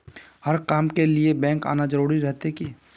हर काम के लिए बैंक आना जरूरी रहते की?